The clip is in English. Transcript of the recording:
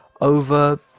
over